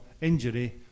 injury